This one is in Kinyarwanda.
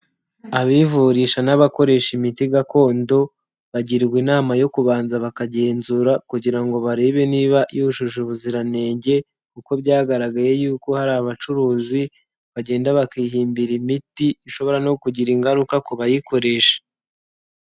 Abivurisha n'abakoresha imiti gakondo, bagirwa inama yo kubanza bakagenzura kugira ngo barebe niba yujuje ubuziranenge kuko byagaragaye yuko hari abacuruzi bagenda bakihimbira imiti ishobora no kugira ingaruka ku bayikoresha.